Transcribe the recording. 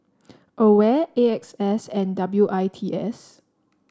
Aware A X S and W I T S